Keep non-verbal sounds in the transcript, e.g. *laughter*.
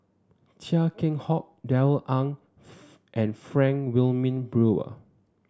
Chia Keng Hock Darrell Ang *unintelligible* and Frank Wilmin Brewer